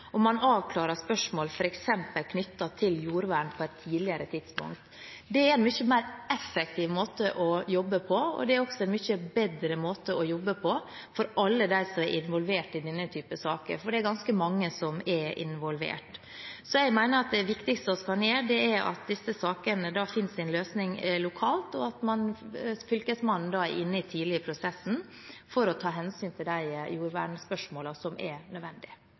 tidspunkt. Det er en mye mer effektiv måte å jobbe på. Det er også en mye bedre måte å jobbe på for alle dem som er involvert i denne typen saker, for det er ganske mange som er involvert. Jeg mener at det viktigste vi kan gjøre, er å sørge for at disse sakene finner sin løsning lokalt, og at Fylkesmannen er tidlig inne i prosessen for å ta hensyn til de jordvernspørsmålene som er nødvendig.